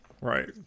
Right